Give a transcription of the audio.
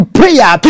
prayer